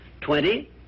Twenty